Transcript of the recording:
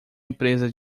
empresa